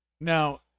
now